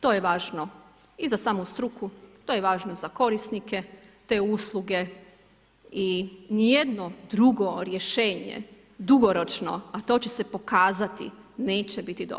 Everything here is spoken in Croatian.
To je važno i za samu struku, to je važno za korisnike te usluge i ni jedno drugo rješenje dugoročno, a to će se pokazati, neće biti dobro.